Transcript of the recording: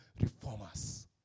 reformers